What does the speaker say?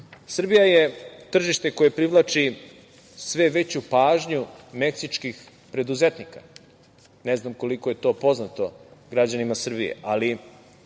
planu. Srbija je tržište koje privlači sve veću pažnju meksičkih preduzetnika, ne znam koliko je to poznato građanima Srbije, ali